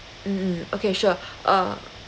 mm mm okay sure uh